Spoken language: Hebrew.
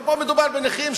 אבל פה מדובר בנכים,